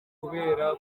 kubera